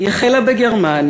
היא החלה בגרמניה,